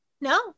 No